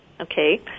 Okay